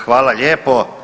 Hvala lijepo.